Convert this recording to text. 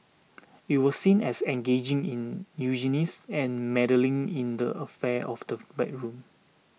it was seen as engaging in eugenics and meddling in the affairs of the bedroom